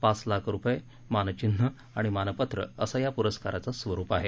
पाच लाख रुपये मानचिन्ह आणि मानपत्र असं या पुरस्काराचं स्वरूप आहे